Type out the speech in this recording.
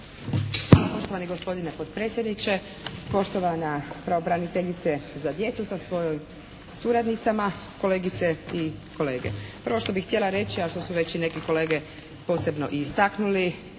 Poštovani gospodine potpredsjedniče, poštovana pravobraniteljice za djecu sa svojim suradnicama, kolegice i kolege. Prvo što bih htjela reći, a što su već i neki kolege posebno i istaknuli,